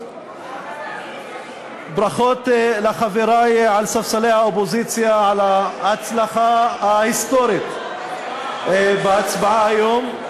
ברכות לחברי לספסלי האופוזיציה על ההצלחה ההיסטורית בהצבעה היום.